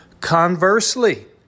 Conversely